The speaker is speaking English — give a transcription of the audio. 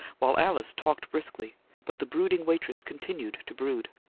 while alice talked briskly but the brooding waitress continued to brood.